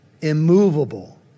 immovable